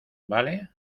vale